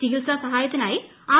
ചികിത്സാ സഹായത്തിനായി ആർ